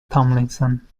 tomlinson